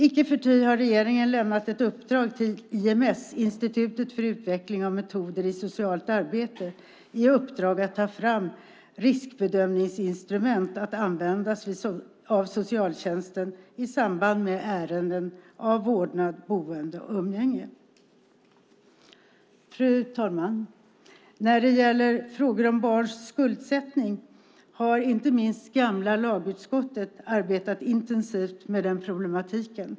Icke förty har regeringen lämnat ett uppdrag till IMS, Institutet för utveckling av metoder i socialt arbete, att ta fram riskbedömningsinstrument att användas av socialtjänsten i samband med ärenden om vårdnad, boende och umgänge. Fru talman! Frågor om barns skuldsättning är en problematik som inte minst gamla lagutskottet har arbetat intensivt med.